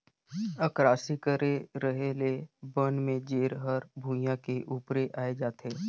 अकरासी करे रहें ले बन में जेर हर भुइयां के उपरे आय जाथे